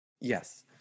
Yes